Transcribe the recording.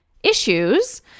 issues